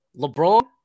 LeBron